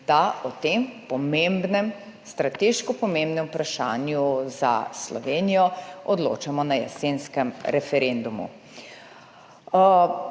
da o tem pomembnem, strateško pomembnem vprašanju za Slovenijo odločamo na jesenskem referendumu.